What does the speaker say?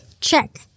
check